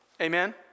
Amen